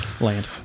land